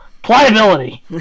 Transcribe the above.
Pliability